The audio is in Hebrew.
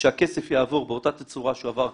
שהכסף יעבור באותה תצורה שהוא עבר קודם,